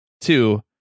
Two